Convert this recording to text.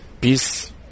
peace